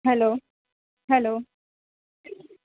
hello hello